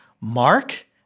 Mark